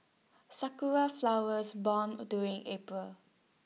Sakura Flowers born during April